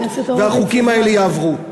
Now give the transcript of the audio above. והחוקים האלה יעברו.